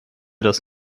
das